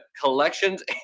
collections